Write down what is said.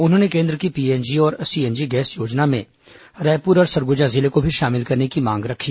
उन्होंने केन्द्र की पीएनजी और सीएनजी गैस योजना में रायपुर और सरगुजा जिले को भी शामिल करने की मांग रखी